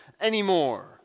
anymore